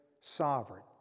sovereign